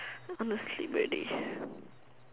I want to sleep already